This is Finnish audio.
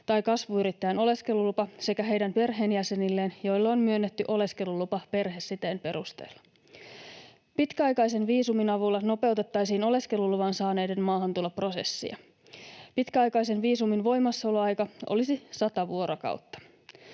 tai kasvuyrittäjän oleskelulupa, sekä heidän perheenjäsenilleen, joille on myönnetty oleskelulupa perhesiteen perusteella. Pitkäaikaisen viisumin avulla nopeutettaisiin oleskeluluvan saaneiden maahantuloprosessia. Pitkäaikaisen viisumin voimassaoloaika olisi 100 vuorokautta.